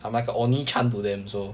I'm like a onii chan to them so